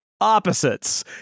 Opposites